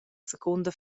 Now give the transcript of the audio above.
secunda